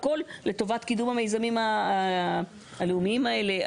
והכל לטובת קידום המיזמים הלאומיים האלה.